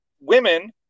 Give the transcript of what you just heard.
women